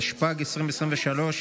התשפ"ד 2023,